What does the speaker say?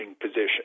position